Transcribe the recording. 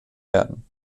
werden